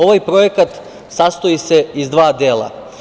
Ovaj projekat sastoji se iz dva dela.